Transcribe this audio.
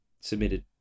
Submitted